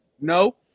No